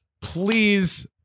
Please